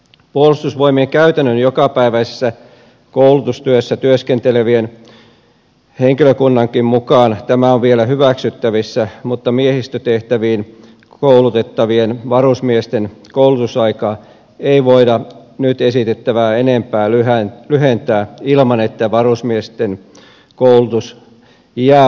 puolustusvoimien käytännön jokapäiväisessä koulutustyössä työskentelevän henkilökunnankin mukaan tämä on vielä hyväksyttävissä mutta miehistötehtäviin koulutettavien varusmiesten koulutusaikaa ei voida nyt esitettävää enempää lyhentää ilman että varusmiesten koulutus jää vajaaksi